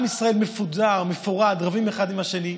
עם ישראל מפוזר, מפורד, רבים אחד עם השני.